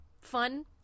fun